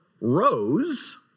rose